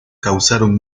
causaron